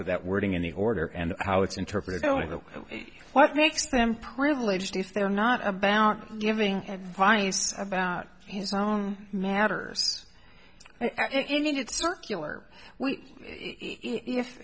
to that wording in the order and how it's interpreted going to what makes them privileged if they're not about giving advice about his own matters in it's circular